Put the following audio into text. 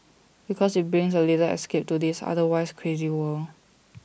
because IT brings A little escape to this otherwise crazy world